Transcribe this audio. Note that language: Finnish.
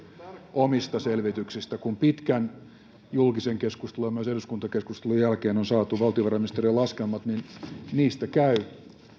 omista selvityksistä kun pitkän julkisen keskustelun ja myös eduskuntakeskustelun jälkeen on saatu valtiovarainministeriön laskelmat niin niistä käy